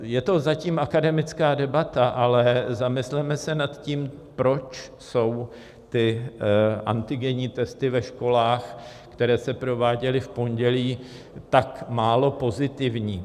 Je to zatím akademická debata, ale zamysleme se nad tím, proč jsou ty antigenní testy ve školách, které se prováděly v pondělí, tak málo pozitivní.